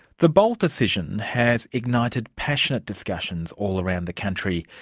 the bolt decision has ignited passionate discussions all around the country,